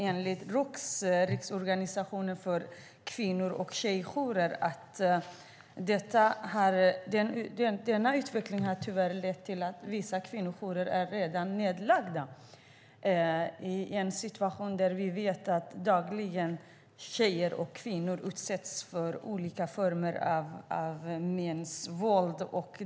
Enligt Roks, Riksorganisationen för kvinno och tjejjourer, har utvecklingen tyvärr lett till att vissa kvinnojourer redan har lagts ned. Detta sker i en situation där vi vet att tjejer och kvinnor dagligen utsätts för olika former av mäns våld.